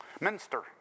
Minster